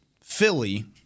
Philly